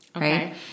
right